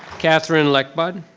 catherine lechbod.